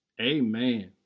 Amen